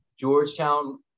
Georgetown